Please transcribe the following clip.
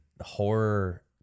horror